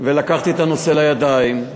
לקחתי את הנושא לידיים,